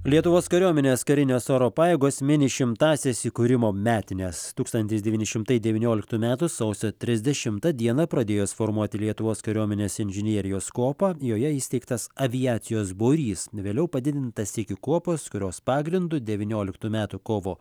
lietuvos kariuomenės karinės oro pajėgos mini šimtąsias įkūrimo metines tūkstantis devyni šimtai devynioliktų metų sausio trisdešimtą dieną pradėjos formuoti lietuvos kariuomenės inžinerijos kuopą joje įsteigtas aviacijos būrys vėliau padidintas iki kuopos kurios pagrindu devynioliktų metų kovo